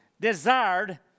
desired